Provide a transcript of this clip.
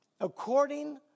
according